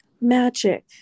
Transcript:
magic